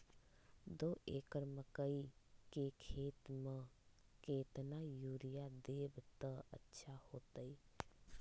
दो एकड़ मकई के खेती म केतना यूरिया देब त अच्छा होतई?